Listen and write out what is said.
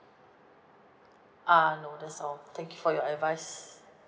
uh no that's all thank you for your advice